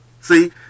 See